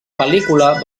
pel·lícula